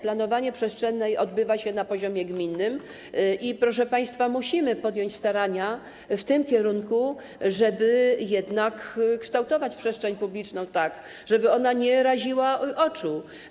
Planowanie przestrzenne odbywa się na poziomie gminnym i musimy podjąć starania w tym kierunku, żeby jednak kształtować przestrzeń publiczną tak, żeby ona nie raziła oczu.